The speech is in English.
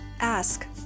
Ask